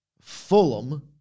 Fulham